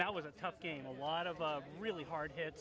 now was a tough game a lot of really hard hit